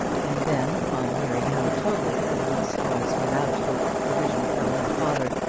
and then, on hearing how totally her niece was without hope of provision from her father,